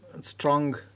strong